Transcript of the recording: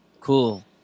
Cool